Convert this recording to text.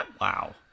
Wow